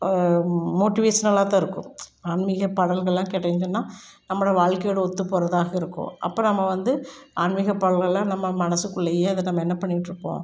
மோட்டிவேஷ்னலாக தான் இருக்கும் ஆன்மீக பாடல்கள்லாம் கேட்டிங்கன்னு சொன்னால் நம்மளோடய வாழ்க்கையோடய ஒத்து போகிறதாக இருக்கும் அப்போ நம்ம வந்து ஆன்மீக பாடல்கள் எல்லாம் நம்ம மனசுக்குள்ளையே அதை நம்ம என்ன பண்ணிட்டு இருப்போம்